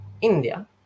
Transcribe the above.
India